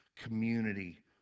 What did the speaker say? community